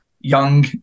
young